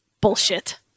Bullshit